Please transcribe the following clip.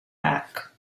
back